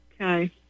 okay